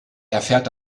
erfährt